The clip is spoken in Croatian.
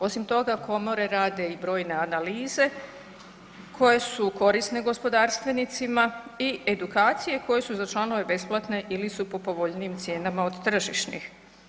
Osim toga, komore rade i brojne analize koje su korisne gospodarstvenicima i edukacije koje su za članove besplatne ili su po povoljnijim cijenama od tržišnih.